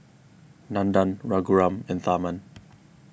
Nandan Raghuram and Tharman